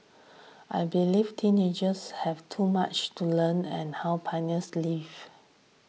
I believe teenagers have too much to learn and how pioneers lived